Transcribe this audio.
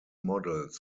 models